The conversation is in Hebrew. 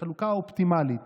החלוקה האופטימלית.